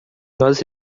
nós